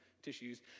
tissues